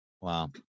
wow